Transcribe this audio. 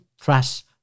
trust